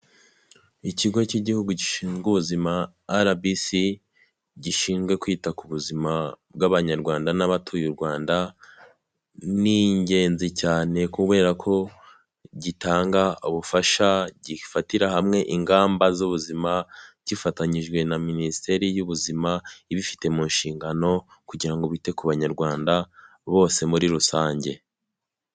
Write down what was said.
Ikigo cy'Igihugu gishinzwe ubuzima RBC, gishinzwe kwita ku buzima bw'abanyarwanda n'abatuye u Rwanda, ni ingenzi cyane kubera ko gitanga ubufasha, gifatira hamwe ingamba z'ubuzima, gifatanyije na Minisiteri y'ubuzima ibifite mu nshingano kugira ngo bite ku banyarwanda bose muri rusange.